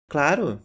Claro